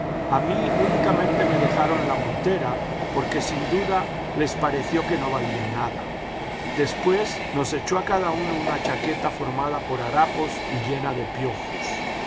a mí únicamente me dejaron la montera porque sin duda les pareció que no valía nada después nos echó a cada uno una chaqueta formada por harapos y llena de piojos